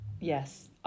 yes